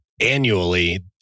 annually